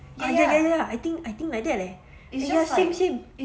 ya ya I think I think like that leh eh same same